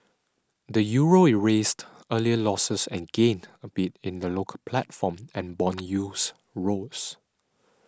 the Euro erased earlier losses and gained a bit in the local platform and bond yields rose